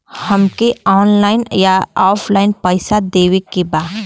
हमके ऑनलाइन या ऑफलाइन पैसा देवे के बा?